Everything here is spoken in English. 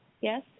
yes